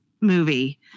movie